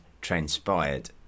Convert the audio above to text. transpired